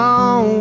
on